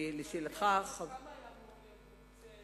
על-פי החוק, כמה היה אמור להיות מוקצה?